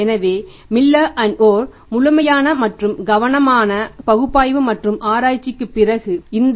எனவே மில்லர் மற்றும் ஓர் முழுமையான மற்றும் கவனமான பகுப்பாய்வு மற்றும் ஆராய்ச்சி பிறகு இந்த